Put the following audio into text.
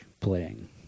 playing